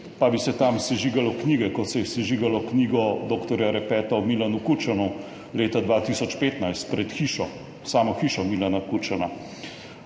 pa bi se tam sežigalo knjige, kot se je sežigalo knjigo dr. Repeta o Milanu Kučanu leta 2015 pred samo hišo Milana Kučana?